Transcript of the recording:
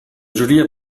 giuria